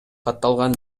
катталган